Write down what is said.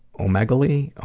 o-meg-a-lee? ah